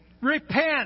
Repent